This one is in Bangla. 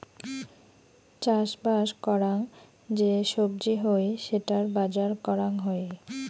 চাষবাস করাং যে সবজি হই সেটার বাজার করাং হই